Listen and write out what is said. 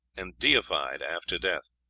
and deified after death.